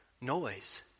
noise